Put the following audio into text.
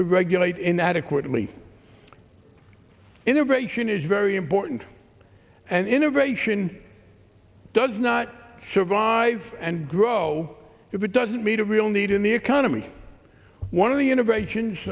to regulate in adequately integration is very important and innovation does not show vive and grow if it doesn't meet a real need in the economy one of the integration